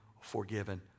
forgiven